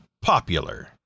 popular